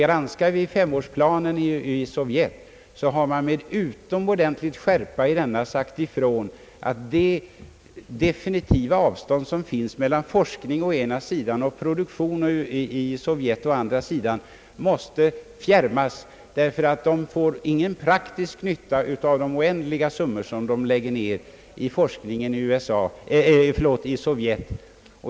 Granskar man vidare Sovjets femårsplan skall man finna, att det med skärpa i denna har uttalats att det definitiva avstånd som föreligger mellan forskning å ena sidan och produktion å andra sidan i Sovjet måste minskas, eftersom man inte får någon praktisk nytta av de betydande summor som läggs ned på forskningen i Sovjet.